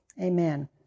Amen